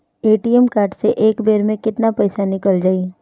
ATM card से एक बेर मे केतना पईसा निकल जाई?